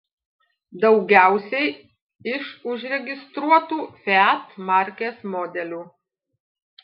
daugiausiai iš užregistruotų fiat markės modelių